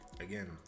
again